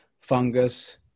fungus